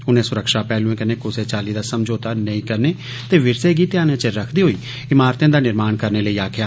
उनें सुरक्षा पहलुएं कन्नै कुसै चाल्ली दा समझौता नेईं करने ते मुकामी विरसे गी ध्यानै च रक्खदे होई इमारतें दा निर्माण करने लेई आक्खेआ